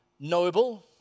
noble